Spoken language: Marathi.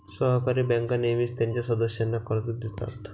सहकारी बँका नेहमीच त्यांच्या सदस्यांना कर्ज देतात